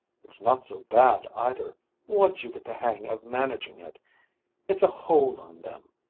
it's not so bad either once you get the hang of managing it it's a hold on them.